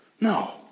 No